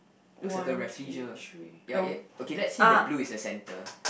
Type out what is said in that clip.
looks like a Rafflesia ya ya okay let's say the blue is the centre